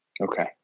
Okay